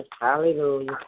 Hallelujah